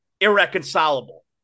irreconcilable